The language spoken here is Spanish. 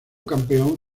campeón